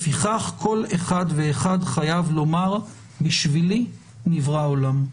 לפיכך, כל אחד ואחד חייב לומר, בשבילי נברא עולם."